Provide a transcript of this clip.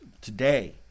today